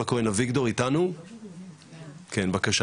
בבקשה